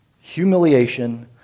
humiliation